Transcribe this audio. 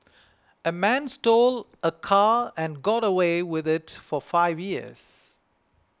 a man stole a car and got away with it for five years